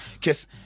Kiss